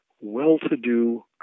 well-to-do